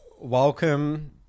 Welcome